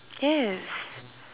yes